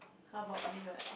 how about me what